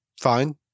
fine